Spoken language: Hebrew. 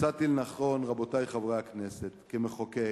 מצאתי לנכון, רבותי חברי הכנסת, כמחוקק,